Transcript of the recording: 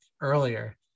earlier